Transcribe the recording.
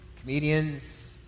comedians